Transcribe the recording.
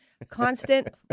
Constant